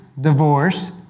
divorce